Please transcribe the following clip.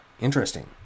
Interesting